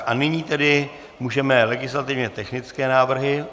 A nyní tedy můžeme legislativně technické návrhy.